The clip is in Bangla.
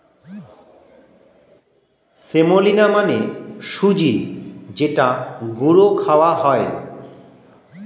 সেমোলিনা মানে সুজি যেটা গুঁড়ো খাওয়া হয়